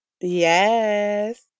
Yes